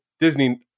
Disney